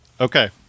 Okay